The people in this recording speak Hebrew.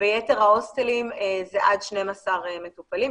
ביתר ההוסטלים זה עד 12 מטופלים.